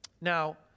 Now